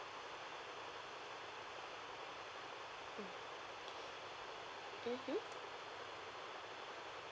mmhmm